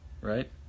right